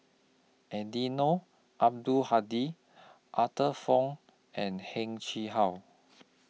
Eddino Abdul Hadi Arthur Fong and Heng Chee How